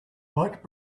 light